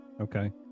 okay